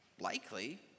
likely